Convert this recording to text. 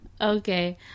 Okay